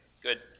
good